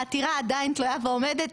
העתירה עדיין תלויה ועומדת.